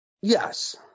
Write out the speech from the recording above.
yes